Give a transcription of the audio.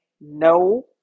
no